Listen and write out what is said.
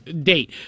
date